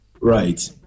Right